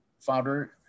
founder